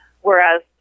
Whereas